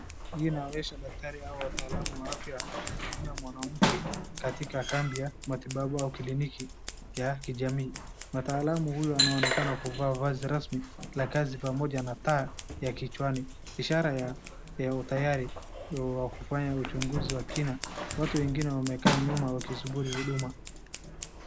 Hii inaonyesha daktari au mtaalamu wa afya akimhudumia mwanamke katika kambi ya matibabu au kliniki ya kijamii, mtaalamu huyu anaonekana kuvaa vazi rasmi la kazi pamoja na taa ya kichwani ishara ya utayari wa kufanya uchunguzi wa kina. Watu wengine wamekaa nyuma wakisubiri huduma.